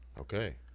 Okay